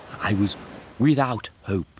i was without hope.